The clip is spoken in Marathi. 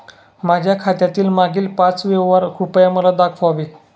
माझ्या खात्यातील मागील पाच व्यवहार कृपया मला दाखवावे